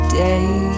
day